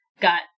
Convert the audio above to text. got